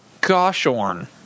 Goshorn